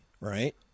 right